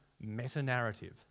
meta-narrative